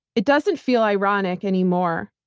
it doesn't feel ironic anymore.